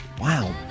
Wow